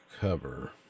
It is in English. Cover